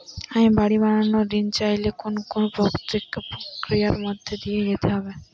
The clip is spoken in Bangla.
আমি বাড়ি বানানোর ঋণ চাইলে কোন কোন প্রক্রিয়ার মধ্যে দিয়ে যেতে হবে?